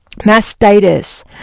Mastitis